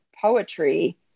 poetry